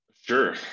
Sure